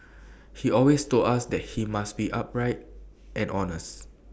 he always told us that he must be upright and honest